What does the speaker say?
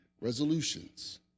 resolutions